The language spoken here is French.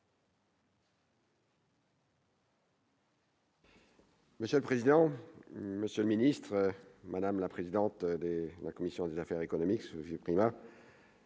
Monsieur le président, Monsieur le ministre madame la présidente de la commission des affaires économiques,